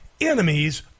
enemies